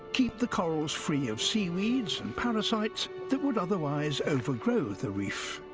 keep the corals free of seaweeds and parasites that would otherwise overgrow the reef.